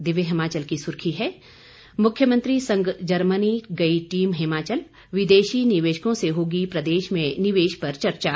दिव्य हिमाचल की सुर्खी है मुख्यमंत्री संग जर्मनी गई टीम हिमाचल विदेशी निवेशकों से होगी प्रदेश में निवेश पर चर्चा